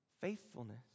faithfulness